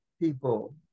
people